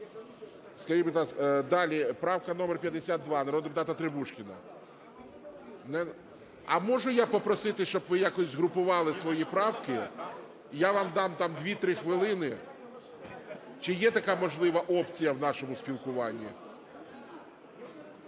Івановичу. Далі. Правка номер 52, народного депутата Требушкіна. А можу я попросити, щоб ви якось згрупували свої правки, я вам дам там 2-3 хвилини. Чи є така можлива опція в нашому спілкуванні?